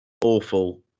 Awful